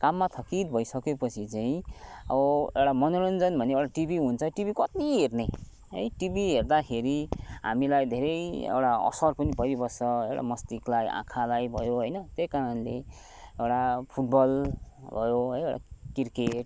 काममा थकित भइसकेपछि चाहिँ अब एउटा मनोरञ्जन भन्ने एउटा टिभी हुन्छ टिभी कति हेर्ने है टिभी हेर्दाखेरि हामीलाई धेरै एउटा असर पनि भइबस्छ एउटा मस्तिष्कलाई आँखालाई भयो होइन त्यही कारणले एउटा फुटबल भयो है क्रिकेट